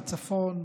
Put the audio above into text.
בצפון,